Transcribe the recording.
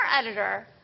editor